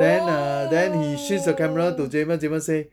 then err then he shift the camera to jamus jamus say